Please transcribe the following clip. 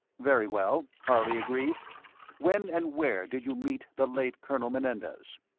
very well, harley agreed when and where did you meet the late colonel menendez?